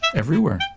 everywhere,